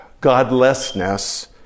godlessness